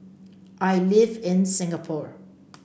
I live in Singapore